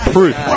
Proof